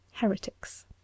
heretics